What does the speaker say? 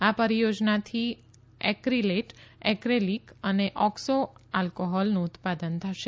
આ પરીયોજનાથી acrylate acrylic અને ઓકસો આલ્કોહોલનું ઉત્પાદન થશે